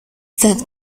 that